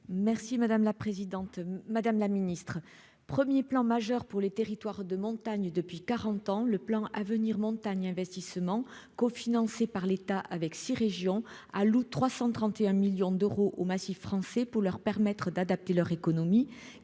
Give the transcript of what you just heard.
Merci madame la présidente, madame la Ministre, premier plan majeur pour les territoires de montagne depuis 40 ans, le plan à venir montagne investissement financé par l'État avec six régions à 331 millions d'euros au massifs français pour leur permettre d'adapter leur économie